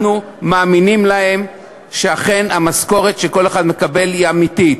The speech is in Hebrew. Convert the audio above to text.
אנחנו מאמינים להם שאכן המשכורת שכל אחד מקבל היא אמיתית,